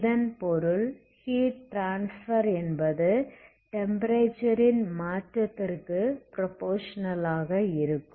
இதன் பொருள் heat transfer என்பது டெம்ப்பரேச்சர் ன் மாற்றத்திற்கு ப்ரோபோசனல் ஆக இருக்கும்